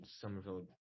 Somerville